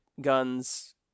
guns